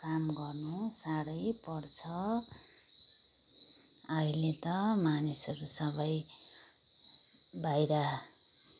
काम गर्नु साह्रै पर्छ अहिले त मानिसहरू सबै बाहिर